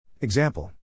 Example